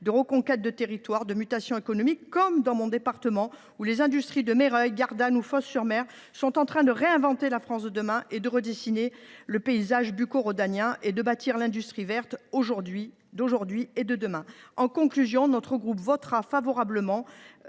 la reconquête de certains territoires et des mutations économiques, comme dans mon département, où les industries de Meyreuil, Gardanne ou Fos sur Mer sont en train de réinventer la France de demain, de redessiner le paysage bucco rhodanien et de bâtir l’industrie verte d’aujourd’hui et de demain. Mes chers collègues, le groupe Union Centriste